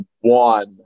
one